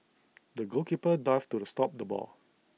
the goalkeeper dived to stop the ball